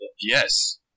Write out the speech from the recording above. Yes